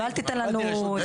קיבלתי רשות דיבור.